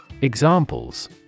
Examples